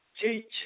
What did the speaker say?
Teach